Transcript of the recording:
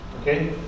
okay